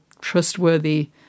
trustworthy